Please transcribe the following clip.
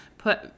put